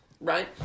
right